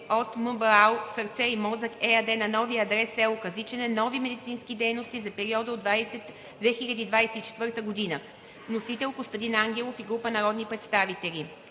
от МБАЛ „Сърце и мозък“ ЕАД на новия адрес в село Казичене нови медицински дейности за периода от 2024 г. Вносители – Костадин Ангелов и група народни представители.